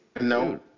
No